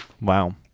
wow